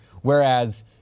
whereas